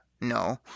No